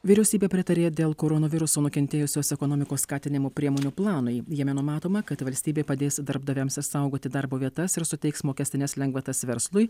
vyriausybė pritarė dėl koronaviruso nukentėjusios ekonomikos skatinimo priemonių planui jame numatoma kad valstybė padės darbdaviams išsaugoti darbo vietas ir suteiks mokestines lengvatas verslui